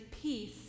peace